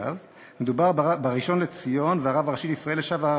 מדובר בראשון לציון והרב הראשי לישראל לשעבר,